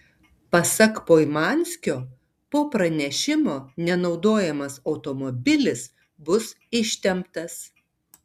pasak poimanskio po pranešimo nenaudojamas automobilis bus ištemptas